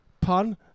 pun